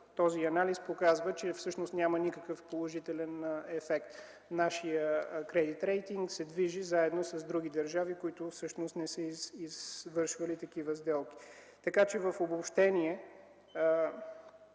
този анализ показва, че всъщност няма никакъв положителен ефект. Нашият кредит-рейтинг се движи заедно с този на другите държави, които всъщност не са извършвали такива сделки. В обобщение: